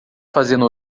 fazendo